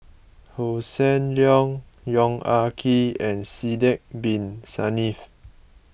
Hossan Leong Yong Ah Kee and Sidek Bin Saniff